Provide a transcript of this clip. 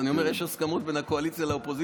אז אני אומר: יש הסכמות בין הקואליציה לאופוזיציה,